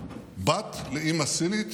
בת לאימא סינית,